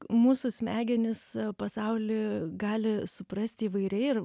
mūsų smegenys pasaulį gali suprasti įvairiai ir